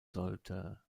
sollte